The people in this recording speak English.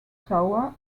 tower